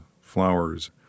flowers